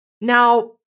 now